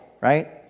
right